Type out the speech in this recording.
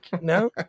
No